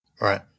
Right